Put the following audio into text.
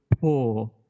poor